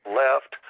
left